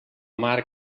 mar